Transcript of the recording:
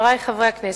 חברי חברי הכנסת,